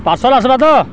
parcel ଆସ୍ବା ତ